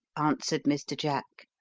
answered mr. jack,